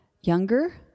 younger